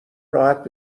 راحت